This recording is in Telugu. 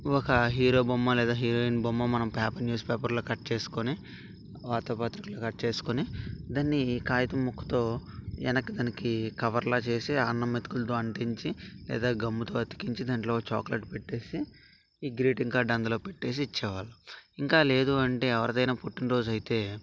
ఒక హీరో బొమ్మ లేదా హీరోయిన్ బొమ్మ మనం పేపర్ న్యూస్ పేపర్లో కట్ చేసుకొని వార్తా పత్రికలో కట్ చేసుకొని దాని కాగితం ముక్కతో వెనక దానికి కవర్లా చేసి అన్నం మెతుకులతో అంటించి లేదా గమ్తో అతికించి దాంట్లో ఒక చాక్లెట్ పెట్టేసి ఈ గ్రీటింగ్ కార్డ్ అందులో పెట్టేసి ఇచ్చేవాళ్ళం ఇంకా లేదు అంటే ఎవరిదైనా పుట్టినరోజు అయితే